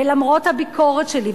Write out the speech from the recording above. ולמרות הביקורת שלי,